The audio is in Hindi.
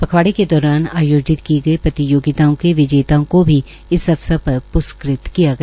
पखवाड़े के दौरान आयोजित की गई प्रतियोगिताओं के विजेताओं को भी इस अवसर पर प्रस्कृत किया गया